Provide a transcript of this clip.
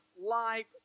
life